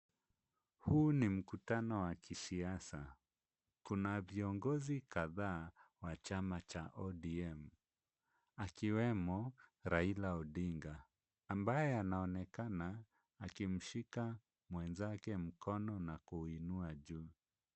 Huu ni mkutano wa kisiasa. Kuna viongozi kadhaa wa chama cha ODM , akiwemo Raila Odinga, ambaye anaonekana akimshika mwenzake mkono na kuinua juu.